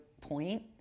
point